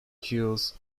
kills